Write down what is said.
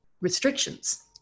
restrictions